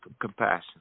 compassion